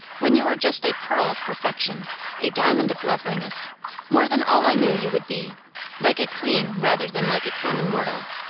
when you are just a pearl of perfection a diamond of loveliness more than all i knew you would be like a queen rather than like a common mortal.